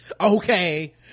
okay